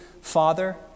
father